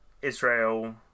israel